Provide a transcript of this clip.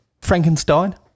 Frankenstein